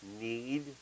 need